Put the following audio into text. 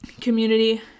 community